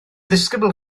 ddisgybl